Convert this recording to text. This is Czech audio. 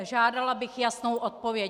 Žádala bych jasnou odpověď.